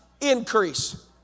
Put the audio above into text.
increase